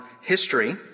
history